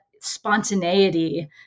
spontaneity